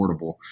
affordable